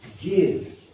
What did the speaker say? give